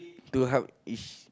to